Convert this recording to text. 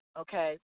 okay